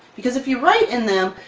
because if you write in them,